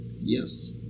Yes